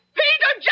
Peter